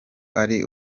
ari